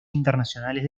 internacionales